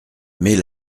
mais